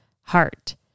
heart